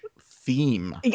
theme